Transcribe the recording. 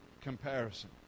comparison